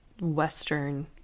western